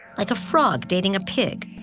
like a frog dating a pig,